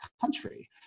country